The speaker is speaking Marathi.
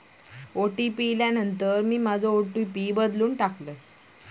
ओ.टी.पी इल्यानंतर मी माझो ओ.टी.पी बदललय